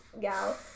gal